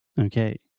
Okay